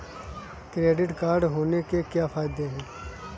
Credit card होने के क्या फायदे हैं?